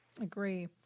Agree